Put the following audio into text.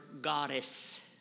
goddess